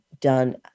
done